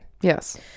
Yes